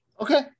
Okay